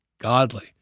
godly